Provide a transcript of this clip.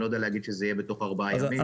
אני לא יודע להגיד שזה יהיה בתוך ארבעה ימים.